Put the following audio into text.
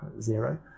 Zero